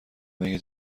مگه